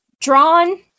drawn